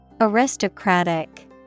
Aristocratic